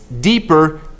deeper